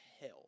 hell